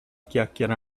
chiacchiera